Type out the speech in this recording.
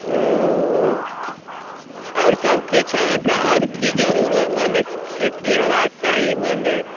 आओर सब किछु अहाँके आओर की जरूरत मने की की हेबाके चाही मने